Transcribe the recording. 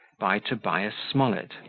by tobias smollett